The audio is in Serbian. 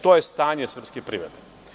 To je stanje srpske privrede.